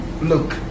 look